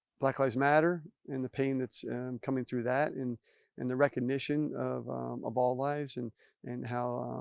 black lives matter and the pain that's coming through that and and the recognition of of all lives and and how.